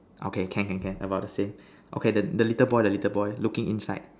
okay can can can about the same okay the little boy the little boy looking inside